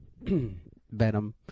Venom